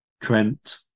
Trent